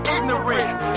Ignorance